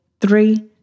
three